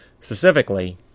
Specifically